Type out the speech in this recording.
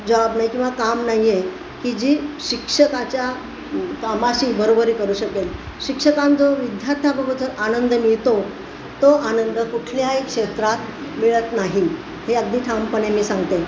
job नाही किंवा काम नाह आहे की जी शिक्षकाच्या कामाशी बरोबरी करू शकेल शिक्षकांना जो विद्यार्थ्याबरोबर आनंद मिळतो तो आनंद कुठल्याही क्षेत्रात मिळत नाही हे अगदी ठामपणे मी सांगते